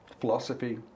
philosophy